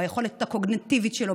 ביכולת הקוגניטיבית שלו,